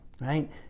right